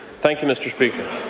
thank you, mr. speaker.